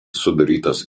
sudarytas